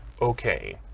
Okay